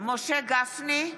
משה גפני,